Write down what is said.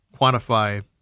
quantify